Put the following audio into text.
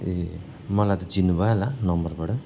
ए मलाई त चिन्नु भयो होला नम्बरबटा